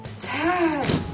Dad